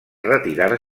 retirar